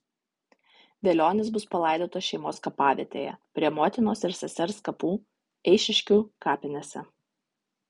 velionis bus palaidotas šeimos kapavietėje prie motinos ir sesers kapų eišiškių kapinėse